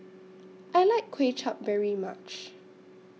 I like Kuay Chap very much